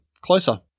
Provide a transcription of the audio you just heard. closer